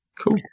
Cool